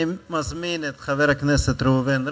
אני מזמין את חבר הכנסת ראובן ריבלין.